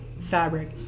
fabric